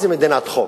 מה זו מדינת חוק?